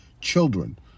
children